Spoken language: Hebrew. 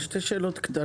יש לי שתי שאלות קטנות.